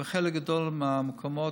שבחלק גדול מהמקומות,